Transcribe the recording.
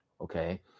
okay